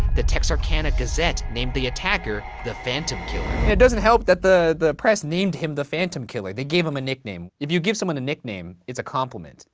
the texarkana gazette named the attacked the phantom killer. it doesn't help that the the press named him the phantom killer. they gave him a nickname. you give someone a nickname, it's a compliment.